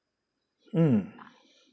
mm